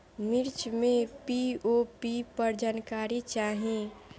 मिर्च मे पी.ओ.पी पर जानकारी चाही?